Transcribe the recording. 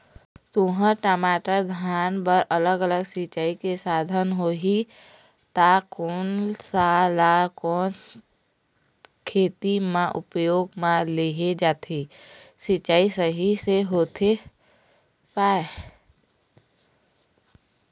तुंहर, टमाटर, धान बर अलग अलग सिचाई के साधन होही ता कोन सा ला कोन खेती मा उपयोग मा लेहे जाथे, सिचाई सही से होथे पाए?